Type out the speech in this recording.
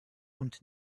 und